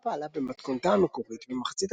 הלהקה פעלה במתכונתה המקורית במחצית